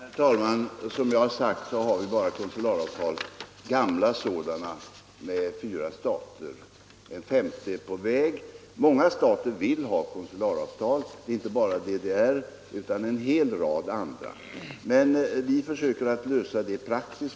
Herr talman! Som jag sade har vi bara konsularavtal — och de är gamla — med fyra stater; ett femte avtal är på väg. Många stater vill ha konsularavtal — det är inte bara DDR utan en hel rad andra — men vi försöker lösa problemen praktiskt.